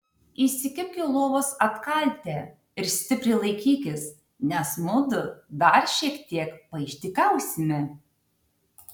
įsikibk į lovos atkaltę ir stipriai laikykis nes mudu dar šiek tiek paišdykausime